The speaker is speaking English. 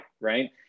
right